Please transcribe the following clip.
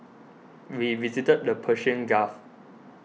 we visited the Persian Gulf